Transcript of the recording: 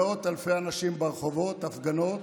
מאות אלפי אנשים ברחובות, הפגנות.